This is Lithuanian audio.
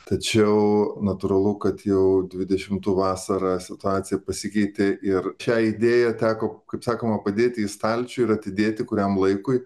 tačiau natūralu kad jau dvidešimtų vasarą situacija pasikeitė ir šią idėją teko kaip sakoma padėti į stalčių ir atidėti kuriam laikui